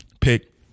pick